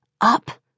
up